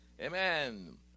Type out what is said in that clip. Amen